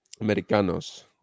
Americanos